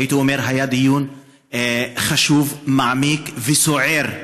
הייתי אומר שזה היה דיון חשוב, מעמיק וסוער.